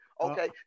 Okay